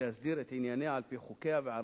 להסדיר את ענייניה על-פי חוקיה וערכיה.